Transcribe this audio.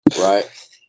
right